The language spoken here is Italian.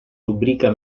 rubrica